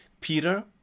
Peter